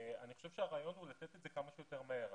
אני חושב שהרעיון הוא לתת את זה כמה שיותר מהר.